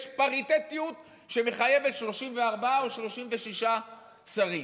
יש פריטטיות שמחייבת 34 או 36 שרים.